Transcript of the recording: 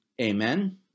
Amen